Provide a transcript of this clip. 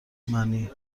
منی